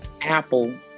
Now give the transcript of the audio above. apple